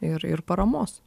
ir ir paramos